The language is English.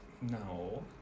no